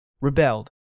rebelled